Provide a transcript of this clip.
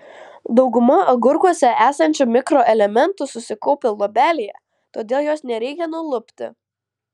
dauguma agurkuose esančių mikroelementų susikaupę luobelėje todėl jos nereikia nulupti